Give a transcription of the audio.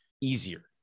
easier